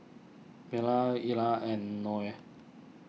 Vella Ila and Noel